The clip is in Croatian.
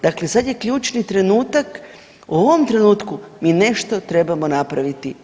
Dakle, sad je ključni trenutak, u ovom trenutku mi nešto trebamo napraviti.